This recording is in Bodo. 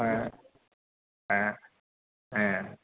ओम